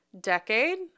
decade